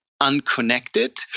unconnected